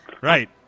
Right